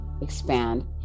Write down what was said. expand